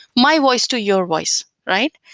my voice to your voice, right?